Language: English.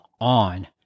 on